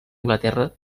anglaterra